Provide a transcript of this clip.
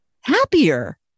happier